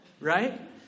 right